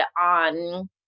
on